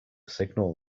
signal